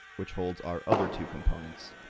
which holds our other two components,